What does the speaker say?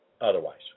otherwise